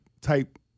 type